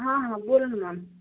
हा हा बोला ना मॅम